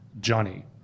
Johnny